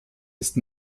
ist